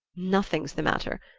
nothing's the matter,